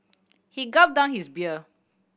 he gulped down his beer